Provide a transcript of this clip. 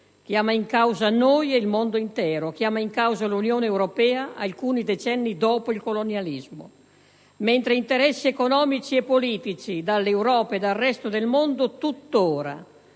chiama in causa noi e il mondo intero, chiama in causa l'Unione europea alcuni decenni dopo il colonialismo, mentre interessi economici e politici dall'Europa e dal resto del mondo tuttora